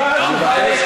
אתה מיתמם?